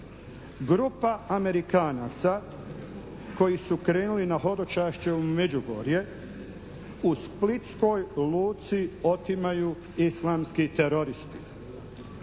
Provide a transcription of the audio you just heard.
Grupa Amerikanaca koji su krenuli na hodočašće u Međugorje u splitskoj luci otimaju islamski teroristi.